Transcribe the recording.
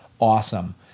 awesome